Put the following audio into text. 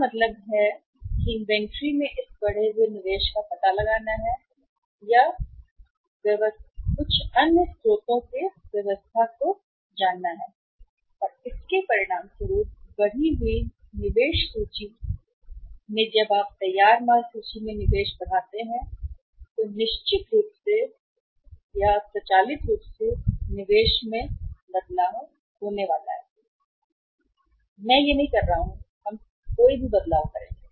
इसका मतलब है कि इन्वेंट्री में इस बढ़े हुए निवेश का पता लगाना है या उससे व्यवस्था की जानी है कुछ अन्य स्रोत और इसके परिणामस्वरूप बढ़ी हुई निवेश सूची के परिणामस्वरूप जब आप तैयार माल सूची में निवेश बढ़ाते हैं तो निश्चित रूप से होने वाला है निवेश में बदलाव स्वचालित मैं यह नहीं कह रहा हूं कि हम कोई भी बदलाव करेंगे